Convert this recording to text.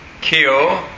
kill